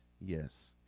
yes